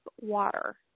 water